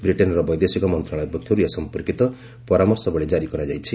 ବ୍ରିଯେନ୍ର ବୈଦେଶିକ ମନ୍ତ୍ରଣାଳୟ ପକ୍ଷର୍ ଏସମ୍ପର୍କିତ ପରାମର୍ଶବଳୀ କାରି କରାଯାଇଛି